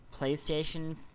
playstation